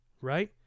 right